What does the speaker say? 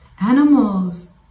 animals